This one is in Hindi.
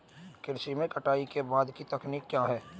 कृषि में कटाई के बाद की तकनीक क्या है?